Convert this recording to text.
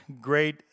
Great